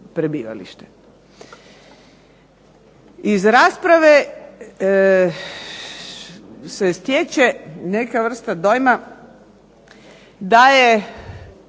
Iz rasprave se stječe neka vrsta dojma da je